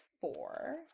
four